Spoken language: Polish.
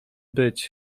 być